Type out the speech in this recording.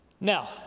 Now